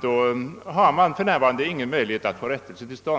Då har man för närvarande ingen möjlighet att få rättelse till stånd.